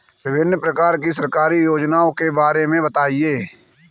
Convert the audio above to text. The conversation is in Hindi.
विभिन्न प्रकार की सरकारी योजनाओं के बारे में बताइए?